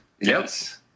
Yes